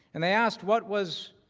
and they asked what was